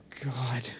God